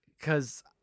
Cause